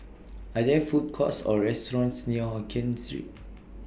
Are There Food Courts Or restaurants near Hokien Street